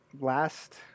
last